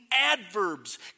adverbs